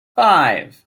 five